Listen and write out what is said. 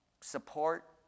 support